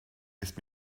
ist